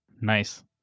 Nice